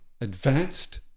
advanced